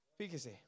Fíjese